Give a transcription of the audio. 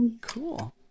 Cool